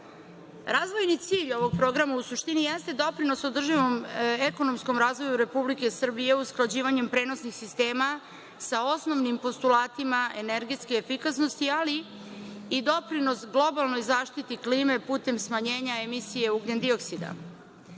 kv.Razvojni cilj ovog programa, u suštini, jeste doprinos održivom ekonomskom razvoju Republike Srbije usklađivanjem prenosnih sistema sa osnovnim postulatima energetske efikasnosti, ali i doprinos globalnoj zaštiti klime putem smanjenja emisije ugljendioksida.